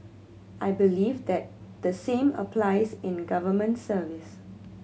I believe that the same applies in government service